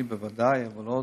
אני בוודאי, אבל עוד.